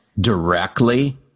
directly